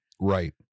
right